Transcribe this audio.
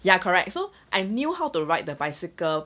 ya correct so I knew how to ride the bicycle